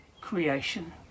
creation